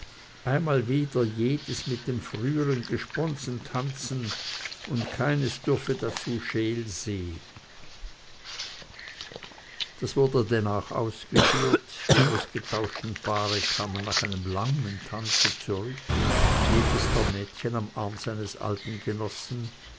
einmal wieder jedes mit dem frühern gesponsen tanzen und keines dürfe dazu scheel sehen das wurde denn auch ausgeführt die ausgetauschten paare kamen nach einem langen tanze zurück jedes der mädchen am arme seines alten genossen